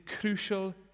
crucial